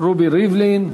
רובי ריבלין,